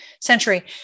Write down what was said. century